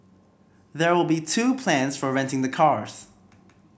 there will be two plans for renting the cars